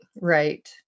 right